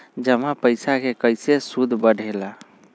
जमा पईसा के कइसे सूद बढे ला?